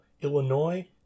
Illinois